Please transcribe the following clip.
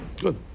Good